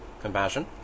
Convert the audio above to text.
compassion